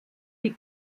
die